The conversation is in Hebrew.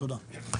תודה.